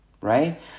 right